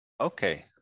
Okay